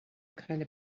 kinda